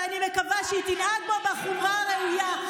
ואני מקווה שהיא תנהג בו בחומרה הראויה.